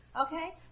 Okay